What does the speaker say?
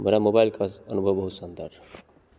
मेरा मोबाइल का अनुभव बहुस सुन्दर रहा